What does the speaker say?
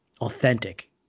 authentic